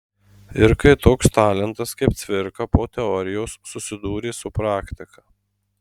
ir kai toks talentas kaip cvirka po teorijos susidūrė su praktika